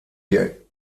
die